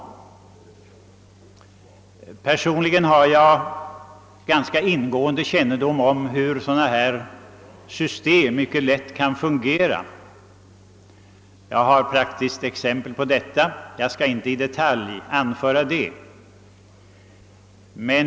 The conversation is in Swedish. Personligen har jag ganska ingående kännedom om hur ett sådant här system kan fungera mycket väl. Jag har ett praktiskt exempel på detta. Jag skall inte i detalj redogöra för. det.